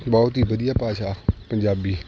ਬਹੁਤ ਹੀ ਵਧੀਆ ਭਾਸ਼ਾ ਪੰਜਾਬੀ